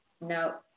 No